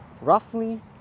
roughly